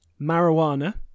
Marijuana